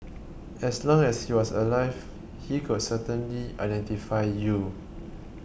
as long as he was alive he could certainly identify you